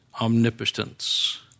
omnipotence